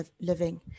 living